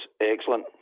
excellent